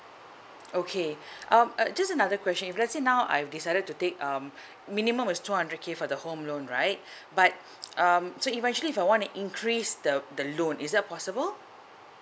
okay um uh just another question if let's say now I have decided to take um minimum is two hundred K for the home loan right but um so eventually if I wanna increase the the loan is that possible